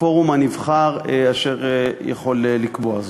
כפורום הנבחר אשר יכול לקבוע זאת.